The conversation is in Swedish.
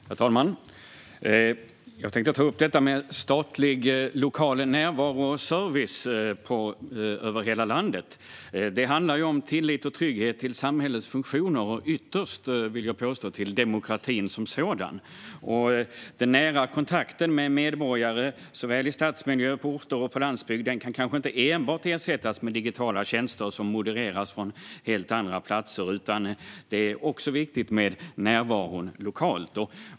Herr talman! Jag tänkte ta upp frågan om statlig lokal närvaro och service över hela landet. Det handlar om tillit till och trygghet med samhällets funktioner och ytterst, vill jag påstå, om tilliten till demokratin som sådan. Den nära kontakten med medborgare såväl i stadsmiljö som på mindre orter och på landsbygden kan kanske inte enbart ersättas med digitala tjänster som modereras från helt andra platser. Det är också viktigt med närvaron lokalt.